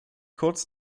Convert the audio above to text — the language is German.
kurz